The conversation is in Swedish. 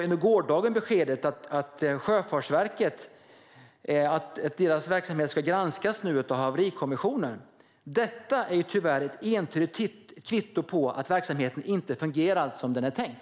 Under gårdagen kom beskedet att Sjöfartsverkets verksamhet ska granskas av Haverikommissionen. Detta är tyvärr ett entydigt kvitto på att verksamheten inte fungerar som den är tänkt.